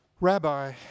Rabbi